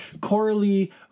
Coralie